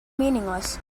meaningless